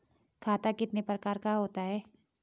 खाता कितने प्रकार का होता है?